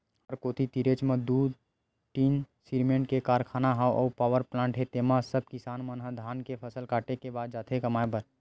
हमर कोती तीरेच म दू ठीन सिरमेंट के कारखाना हे अउ पावरप्लांट हे तेंमा सब किसान मन ह धान के फसल काटे के बाद जाथे कमाए बर